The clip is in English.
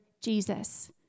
Jesus